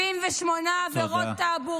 78 עבירות תעבורה.